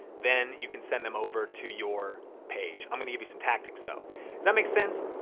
then you can send them over to your page. i'm gonna give you some tactics though. does that make sense?